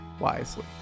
wisely